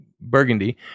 Burgundy